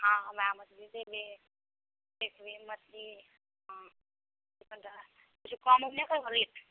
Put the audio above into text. हाँ ओएह मछली लेबै देखबै मछली हम जे किछु कम उम नहि करबै रेट